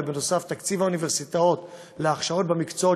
ונוסף על כך תקציב האוניברסיטאות להכשרה במקצועות